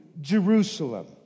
Jerusalem